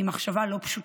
היא מחשבה לא פשוטה.